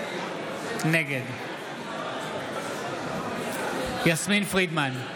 נגד יסמין פרידמן,